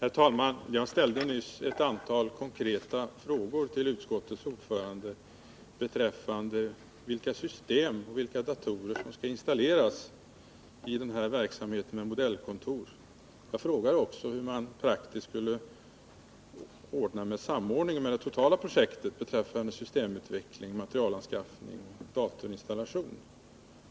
Herr talman! Jag ställde nyss ett antal konkreta frågor till utskottets ordförande beträffande vilka system som skall användas och vilka datorer som skall installeras i den här verksamheten med modellkontor. Jag frågade också hur man praktiskt skulle gå till väga när det gäller samordning med det totala projektet beträffande systemutveckling, materielanskaffning och datorinstallation.